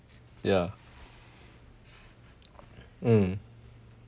ya mm